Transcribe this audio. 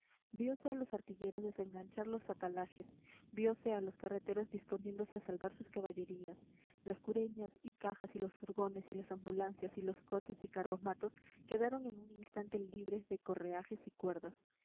viose a los artilleros desenganchar los atalajes viose a los carreteros disponiéndose a salvar sus caballerías las cureñas y cajas y los furgones y las ambulancias y los coches y carromatos quedaron en un instante libres de correajes y cuerdas